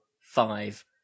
five